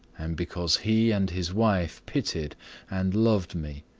and because he and his wife pitied and loved me.